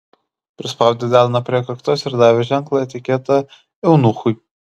prispaudė delną prie kaktos ir davė ženklą etiketo eunuchui